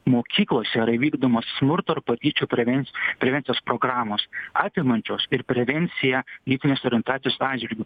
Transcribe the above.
mokyklose yra vykdomos smurto ir patyčių prevenc prevencijos programos apimančios ir prevenciją lytinės orientacijos atžvilgiu